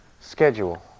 Schedule